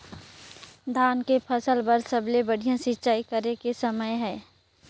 धान के फसल बार सबले बढ़िया सिंचाई करे के समय हे?